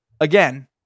again